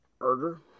murder